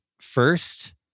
first